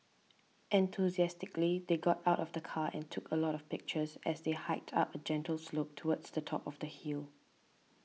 enthusiastically they got out of the car and took a lot of pictures as they hiked up a gentle slope towards the top of the hill